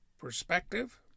perspective